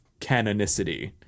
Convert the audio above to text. canonicity